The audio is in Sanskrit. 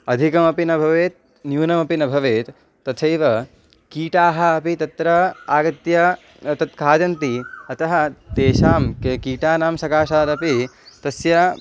अधिकमपि न भवेत् न्यूनमपि न भवेत् तथैव कीटाः अपि तत्र आगत्य तत् खादन्ति अतः तेषां के कीटानां सकाशादपि तस्य